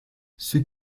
ceux